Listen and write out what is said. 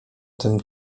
tym